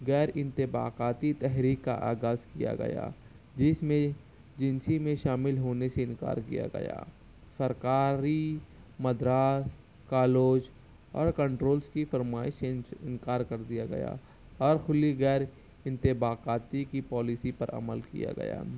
غیر انطباقاتی تحریک کا آغاز کیا گیا جس میں جنسی میں شامل ہونے سے انکار کیا گیا سرکاری مدراس کالوج اور کنٹرولس کی فرمائش سے انکار کر دیا گیا اور کھلی غیرانطباقاتی کی پالیسی پر عمل کیا گیا